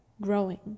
growing